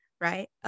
right